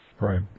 Right